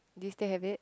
do you still have it